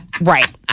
Right